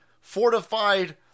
fortified